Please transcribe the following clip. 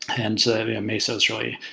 and so mesos really,